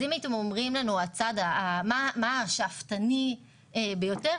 אם רוצים ליעד השאפתני ביותר,